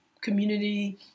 community